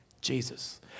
Jesus